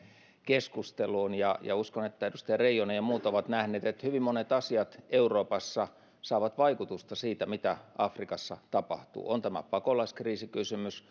keskusteluun uskon että edustaja reijonen ja muut ovat nähneet että hyvin monet asiat euroopassa saavat vaikutusta siitä mitä afrikassa tapahtuu on tämä pakolaiskriisikysymys